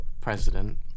president